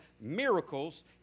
miracles